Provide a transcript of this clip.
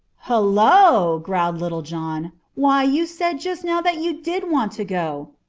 hullo! growled little john. why, you said just now that you did want to go!